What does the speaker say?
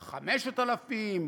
5,000,